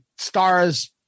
stars